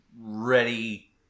ready